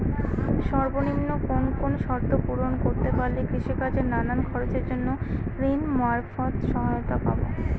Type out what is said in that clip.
সর্বনিম্ন কোন কোন শর্ত পূরণ করতে পারলে কৃষিকাজের নানান খরচের জন্য ঋণ মারফত সহায়তা পাব?